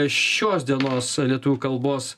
šios dienos lietuvių kalbos